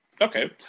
okay